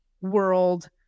world